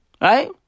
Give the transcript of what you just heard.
Right